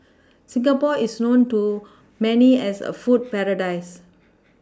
Singapore is known to many as a food paradise